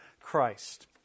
Christ